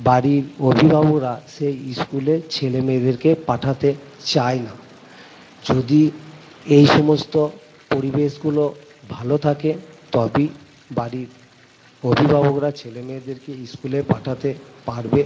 বাড়ির অভিভাবরা সেই স্কুলে ছেলে মেয়েদেরকে পাঠাতে চায় না যদি এই সমস্ত পরিবেশগুলো ভালো থাকে তবেই বাড়ির অভিভাবকরা ছেলে মেয়েদেরকে ইস্কুলে পাঠাতে পারবে